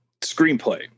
screenplay